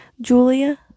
Julia